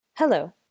Hello